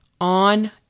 on